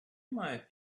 mind